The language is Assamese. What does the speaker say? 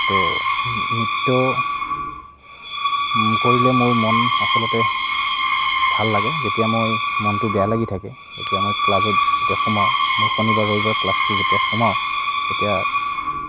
তো নৃত্য কৰিলে মোৰ মন আচলতে ভাল লাগে যেতিয়া মই মনটো বেয়া লাগি থাকে যেতিয়া মই ক্লাছত যেতিয়া সোমাওঁ মোৰ শনিবাৰ ৰবিবাৰ ক্লাছটো যেতিয়া সোমাওঁ তেতিয়া